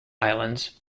islands